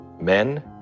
men